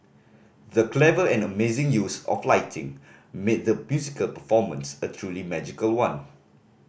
the clever and amazing use of lighting made the musical performance a truly magical one